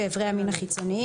(3)איברי המין החיצוניים.